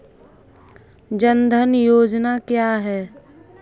जनधन योजना क्या है?